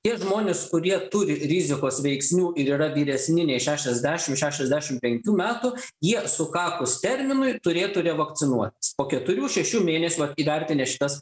tie žmonės kurie turi rizikos veiksnių ir yra vyresni nei šešiasdešim šešiasdešim penkių metų jie sukakus terminui turėtų revakcinuotis po keturių šešių mėnesių vat įvertinę šitas